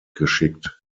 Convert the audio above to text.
geschickt